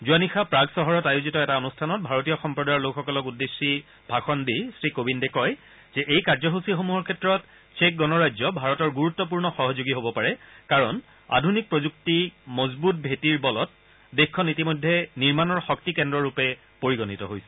যোৱা নিশা প্ৰাগ চহৰত আয়োজিত এটা অনুষ্ঠানত ভাৰতীয় সম্প্ৰদায়ৰ লোকসকলক উদ্দেশ্যি ভাষণ দি শ্ৰীকোবিন্দে কয় যে এই কাৰ্যসূচীসমূহৰ ক্ষেত্ৰত চেক গণৰাজ্য ভাৰতৰ গুৰুত্পূৰ্ণ সহযোগী হ'ব পাৰে কাৰণ আধুনিক প্ৰযুক্তিৰ মজবুত ভেটিৰ বলত দেশখন ইতিমধ্যে নিৰ্মাণৰ শক্তিকেন্দ্ৰৰূপে পৰিগণিত হৈছে